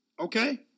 okay